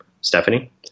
Stephanie